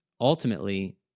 ultimately